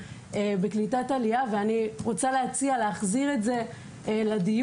בקליטת עלייה ואני רוצה להציע להחזיר את זה לדיון.